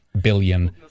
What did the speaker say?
billion